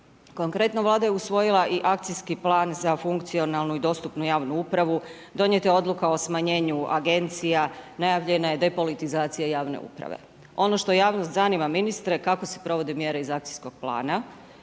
Konkretno Vlada je usvojila i akcijski plan za funkcionalnu i dostupnu javnu upravu, donijeta je odluka za smanjenje agencija, nahvaljena je depolitizacija javne uprave. Ono što javnost zanima ministre, kako se provode mjere iz akcijskog plana,